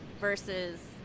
versus